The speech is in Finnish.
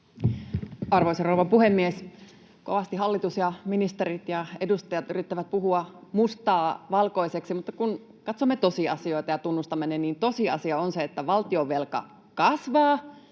Arvoisa rouva puhemies! Kovasti hallitus ja ministerit ja edustajat yrittävät puhua mustaa valkoiseksi, mutta kun katsomme tosiasioita ja tunnustamme ne, niin tosiasia on se, että valtionvelka kasvaa